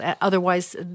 Otherwise